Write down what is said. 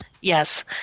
yes